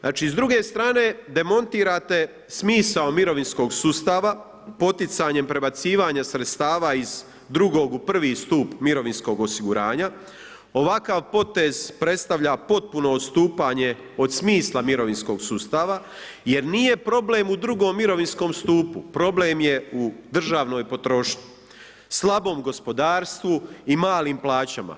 Znači s druge strane demontirate smisao mirovinskog sustava poticanjem prebacivanje sredstava iz II. u I. stup mirovinskog osiguranja, ovakav potez predstavlja potpuno odstupanje od smisla mirovinskog sustava jer nije problem u II. mirovinskom stupu, problem je državnoj potrošnji, slabom gospodarstvu i malim plaćama.